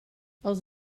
els